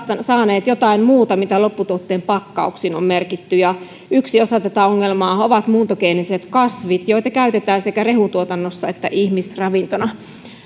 saaneet jotain muuta kuin mitä lopputuotteiden pakkauksiin on merkitty ja yksi osa tätä ongelmaa ovat muuntogeeniset kasvit joita käytetään sekä rehutuotannossa että ihmisravintona